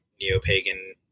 neo-pagan